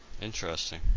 Interesting